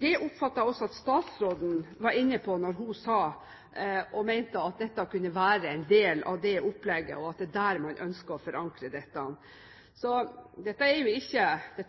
Det oppfatter jeg at også statsråden var inne på da hun mente at dette kunne være en del av det opplegget, og at det er der man ønsker å forankre dette. Så dette er